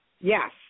Yes